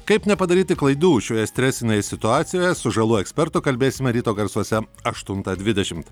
kaip nepadaryti klaidų šioje stresinėje situacijoje su žalų ekspertu kalbėsime ryto garsuose aštuntą dvidešimt